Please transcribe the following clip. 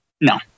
No